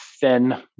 thin